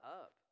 up